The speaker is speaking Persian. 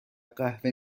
قهوه